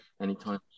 anytime